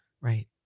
Right